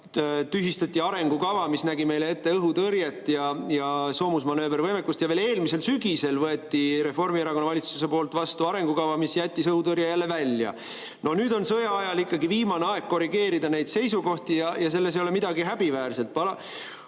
tühistati arengukava, mis nägi meile ette õhutõrjet ja soomusmanöövervõimekust. Ja veel eelmisel sügisel võttis Reformierakonna valitsus vastu arengukava, mis jättis õhutõrje jälle välja. No nüüd on sõjaajal ikkagi viimane aeg korrigeerida neid seisukohti, ja selles ei ole midagi häbiväärselt.